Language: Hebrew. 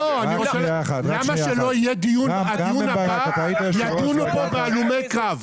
למה שבדיון הבא לא ידונו כאן בהלומי קרב?